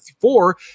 four